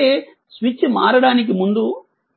అంటే స్విచ్ మారడానికి ముందు